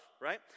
right